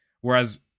whereas